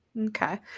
Okay